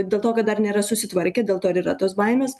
dėl to kad dar nėra susitvarkę dėl to ir yra tos baimės